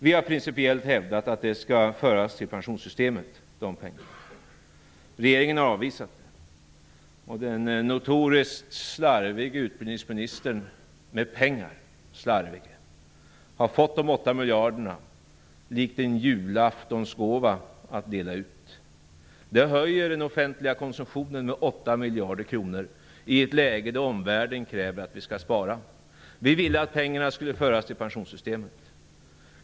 Vi har principiellt hävdat att de pengarna skall föras till pensionssystemet. Regeringen har avvisat det. Den med pengar notoriskt slarviga utbildningsministern har fått de 8 miljarderna likt en julaftonsgåva att dela ut. Det höjer den offentliga konsumtionen med 8 miljarder kronor i ett läge då omvärlden kräver att vi skall spara. Vi ville att pengarna skulle föras till pensionssystemet.